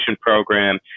program